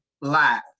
live